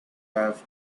have